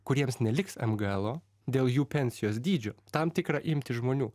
kuriems neliks mglo dėl jų pensijos dydžio tam tikrą imtį žmonių